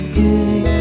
good